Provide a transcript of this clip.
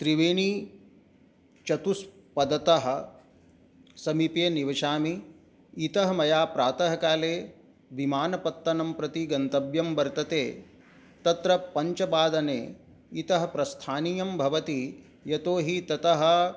त्रिवेणीचतुष्पदतः समीपे निवसामि इतः मया प्रातःकाले विमानपत्तनं प्रति गन्तव्यं वर्तते तत्र पञ्चवादने इतः प्रस्थानीयं भवति यतोहि ततः